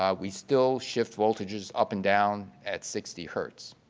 ah we still shift voltages up and down at sixty hertz,